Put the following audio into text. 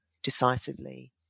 decisively